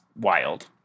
wild